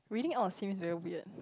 reading out of seems very weird